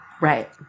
Right